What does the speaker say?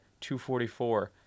244